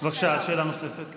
אז בבקשה, השר.